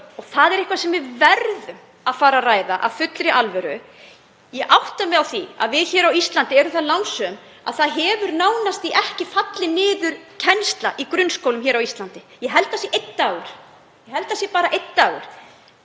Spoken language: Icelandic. Það er eitthvað sem við verðum að fara að ræða af fullri alvöru. Ég átta mig á því að við á Íslandi erum það lánsöm að það hefur nánast ekki fallið niður kennsla í grunnskólum hér á landi. Ég held að það sé einn dagur heilt yfir en auðvitað